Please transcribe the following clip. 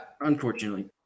unfortunately